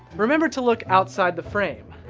remember to look outside the frame.